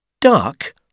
Duck